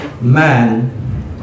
man